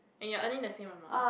and you are earning the same amount